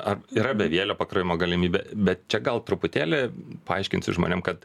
ar yra bevielio pakrovimo galimybė bet čia gal truputėlį paaiškinsiu žmonėm kad